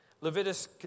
Leviticus